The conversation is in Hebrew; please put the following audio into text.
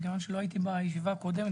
מכיוון שלא הייתי בישיבה הקודמת,